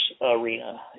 arena